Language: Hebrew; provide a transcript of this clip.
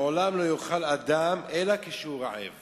לעולם לא יאכל אדם אלא כשהוא רעב